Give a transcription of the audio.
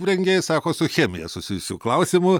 rengėjai sako su chemija susijusių klausimų